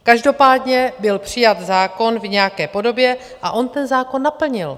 Každopádně byl přijat zákon v nějaké podobě a on ten zákon naplnil.